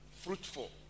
fruitful